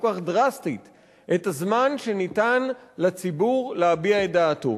כך דרסטית את הזמן שניתן לציבור להביע את דעתו.